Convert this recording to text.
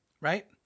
Right